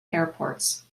airports